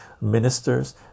ministers